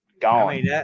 gone